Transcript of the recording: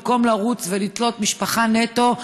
במקום לרוץ ולתלות "משפחה נטו",